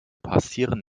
passieren